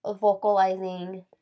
vocalizing